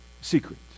secret